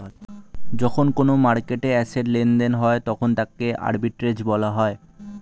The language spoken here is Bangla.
যখন কোনো মার্কেটে অ্যাসেট্ লেনদেন হয় তখন তাকে আর্বিট্রেজ বলা হয়